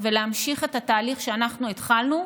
ולהמשיך את התהליך שאנחנו התחלנו,